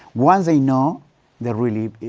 once they know they willing, ah,